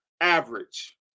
average